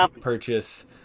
purchase